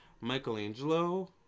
Michelangelo